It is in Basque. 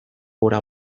gora